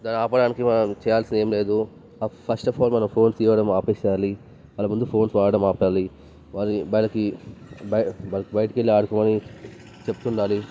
దాన్ని ఆపడానికి మనం చేయాల్సింది ఏం లేదు ఫస్ట్ ఆఫ్ ఆల్ మనం ఫోన్స్ ఇవ్వడం ఆపేయాలి వాళ్ళ ముందు ఫోన్స్ వాడడం ఆపేయాలి వాళ్ళ వాళ్ళకి బై బయటకి వెళ్ళి ఆడుకోమని చెప్తుండాలి